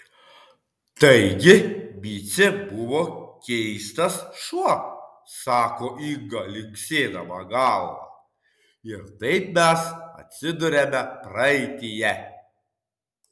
taigi micė buvo keistas šuo sako inga linksėdama galva ir taip mes atsiduriame praeityje